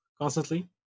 constantly